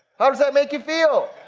how's that make you feel?